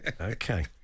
okay